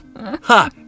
Ha